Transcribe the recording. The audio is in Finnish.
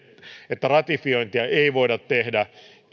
että ratifiointia ei voida tehdä